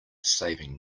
saving